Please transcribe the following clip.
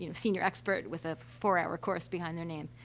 you know senior expert with a four hour course behind their name.